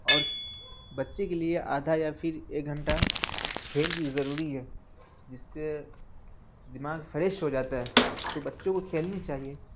اور بچے کے لیے آدھا یا پھر ایک گھنٹہ کھیل بھی ضروری ہے جس سے دماغ فریش ہو جاتا ہے تو بچوں کو کھیلنی چاہیے